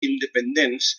independents